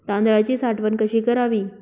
तांदळाची साठवण कशी करावी?